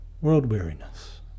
world-weariness